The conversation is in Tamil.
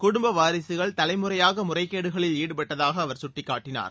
குடும்ப வாரிகள் தலைமுறையாக முறைகேடுகளில் ஈடுபட்டதாக அவர் சுட்டிக்காட்டினார்